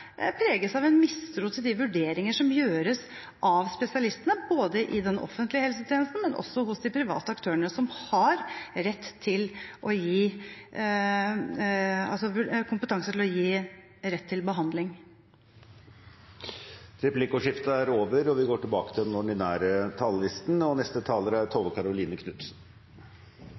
preges av en mistro til de vurderinger som gjøres av spesialistene både i den offentlige helsetjenesten og også hos de private aktørene, som har kompetanse til å gi rett til behandling. Replikkordskiftet er omme. Nå skal det bli lettere for private å etablere seg i norsk helsevesen og å behandle pasienter. Det blir betalt av staten. Og